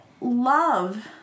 love